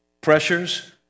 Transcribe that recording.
pressures